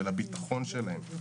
של הביטחון שלהם,